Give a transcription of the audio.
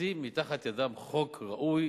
ולהוציא מתחת ידם חוק ראוי